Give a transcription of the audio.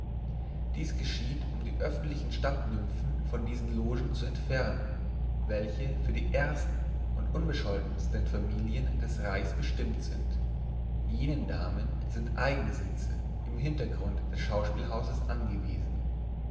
dies geschieht um die öffentlichen stadtnymphen von diesen logen zu entfernen welche für die ersten und unbescholtensten familien des reichs bestimmt sind jenen damen sind eigene sitze im hintergrund des schauspielhauses angewiesen